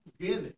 together